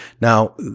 Now